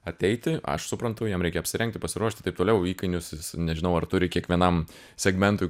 ateiti aš suprantu jam reikia apsirengti pasiruošti taip toliau įkainius jis nežinau ar turi kiekvienam segmentui